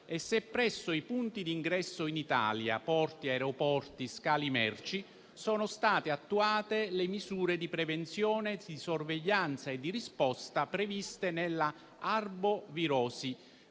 e se presso i punti di ingresso in Italia (porti, aeroporti, scali merci) sono state attuate le misure di prevenzione, di sorveglianza e di risposta previste nel Piano